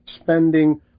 spending